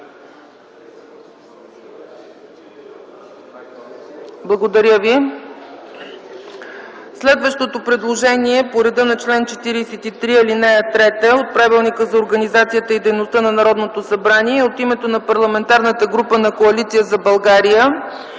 не е прието. Следващото предложение по реда на чл. 43, ал. 3 от Правилника за организацията и дейността на Народното събрание е от името на Парламентарната група на Коалиция за България,